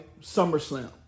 SummerSlam